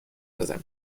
نظر